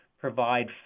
provide